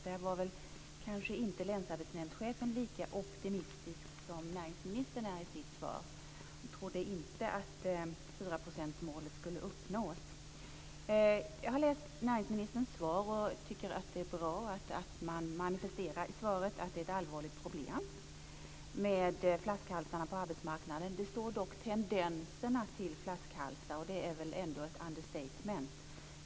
Där var väl kanske inte länsarbetsnämndschefen lika optimistisk som näringsministern är i sitt svar och trodde inte att 4 Jag har läst näringsministerns svar. Jag tycker att det är bra att man i svaret manifesterar att det är ett allvarligt problem med flaskhalsarna på arbetsmarknaden. Det står dock "tendenser till" flaskhalsar. Det är väl ändå ett understatement?